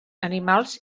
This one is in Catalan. animals